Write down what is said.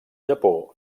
japó